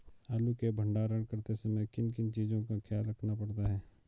आलू के भंडारण करते समय किन किन चीज़ों का ख्याल रखना पड़ता है?